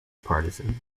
partisan